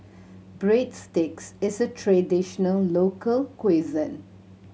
breadsticks is a traditional local cuisine